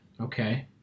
Okay